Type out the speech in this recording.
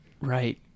Right